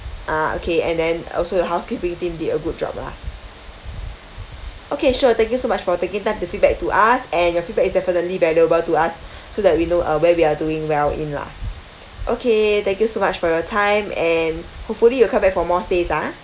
ah okay and then also the housekeeping team did a good job lah okay sure thank you so much for taking time to feedback to us and your feedback is definitely valuable to us so that we know uh where we are doing well in lah okay thank you so much for your time and hopefully you'll come back for more stays ah